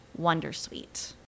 Wondersuite